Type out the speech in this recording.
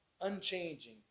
Unchanging